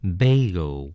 bagel